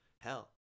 hell